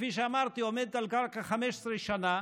שכפי שאמרתי עומדת על קרקע 15 שנה